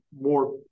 more